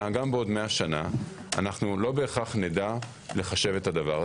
אנחנו לא בהכרח נדע לחשב את זה,